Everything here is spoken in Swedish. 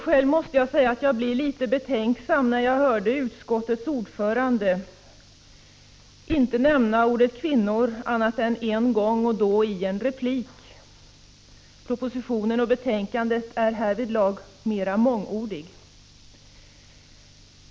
Själv blev jag litet betänksam när jag lade märke till att utskottets ordförande inte nämnde ordet kvinnor mer än en gång och då i en replik. Propositionen och betänkandet är härvidlag mer mångordiga.